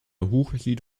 hochzieht